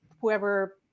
whoever